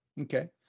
okay